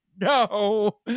no